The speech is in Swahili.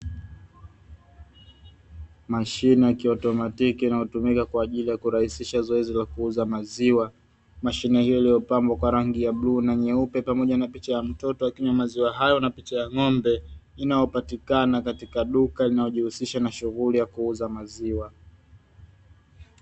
Mashine ya kiautomatiki inayotumika kwa ajili ya kurahisisha zoezi la kuuza maziwa, mashine hiyo iliyopambwa kwa rangi ya bluu na nyeupe pamoja na picha ya mtoto akinywa maziwa hayo na picha ya ng'ombe, inayopatikana katika duka linalojihusisha na shughuli ya kuuza maziwa.